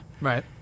Right